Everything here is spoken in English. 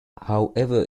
however